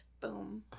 Boom